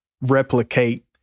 replicate